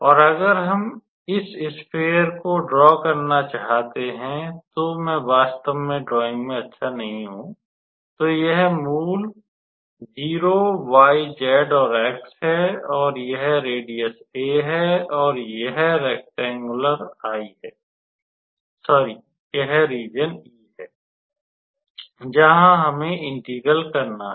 और अगर हम इस स्फेयर को ड्रॉ करना चाहते हैं तो मैं वास्तव में ड्रोविंग मैं अच्छा नहीं हूं तो यह मूल 0 y z और x है और यह त्रिज्या a है और यह आयताकार I है यह रीज़न E है जहां हमें इंटीग्रल करना है